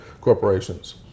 corporations